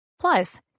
Plus